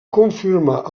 confirmar